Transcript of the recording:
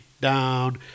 down